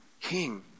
king